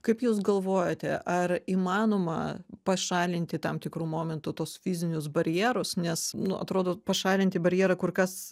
kaip jūs galvojate ar įmanoma pašalinti tam tikru momentu tuos fizinius barjerus nes nu atrodo pašalinti barjerą kur kas